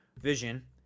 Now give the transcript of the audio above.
Vision